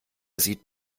sieht